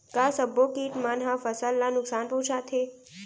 का सब्बो किट मन ह फसल ला नुकसान पहुंचाथे?